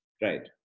Right